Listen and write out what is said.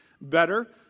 better